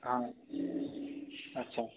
हा अच्छा